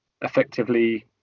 effectively